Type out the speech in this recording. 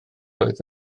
oedd